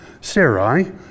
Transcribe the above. Sarai